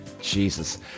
Jesus